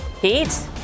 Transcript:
Pete